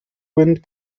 wind